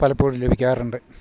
പലപ്പോഴും ലഭിക്കാറുണ്ട്